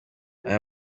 aya